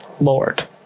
Lord